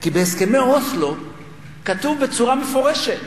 כי בהסכמי אוסלו כתוב בצורה מפורשת